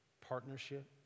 partnership